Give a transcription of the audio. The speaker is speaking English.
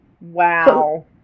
Wow